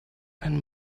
ein